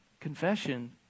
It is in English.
Confession